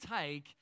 take